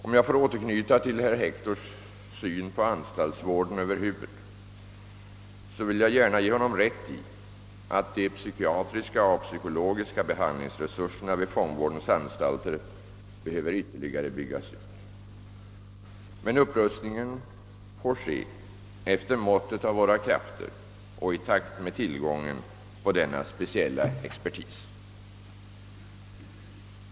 Om jag får återknyta till herr Hectors syn på anstaltsvården över huvud, så vill jag gärna ge honom rätt i att de psykiatriska och psykologiska behandlingsresurserna vid fångvårdens anstalter behöver ytterligare byggas ut. Upprustningen får emellertid ske efter måttet av våra krafter och i takt med tillgången på denna speciella expertis.